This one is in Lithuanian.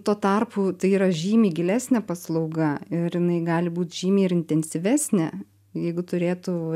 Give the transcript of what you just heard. tuo tarpu tai yra žymiai gilesnė paslauga ir jinai gali būt žymiai ir intensyvesnė jeigu turėtų